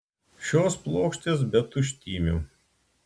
šios plokštės be tuštymių